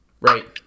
Right